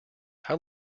how